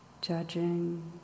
Judging